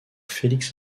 felix